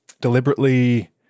deliberately